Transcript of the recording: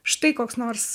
štai koks nors